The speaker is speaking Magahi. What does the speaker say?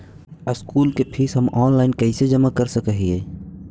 स्कूल के फीस हम ऑनलाइन कैसे जमा कर सक हिय?